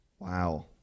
wow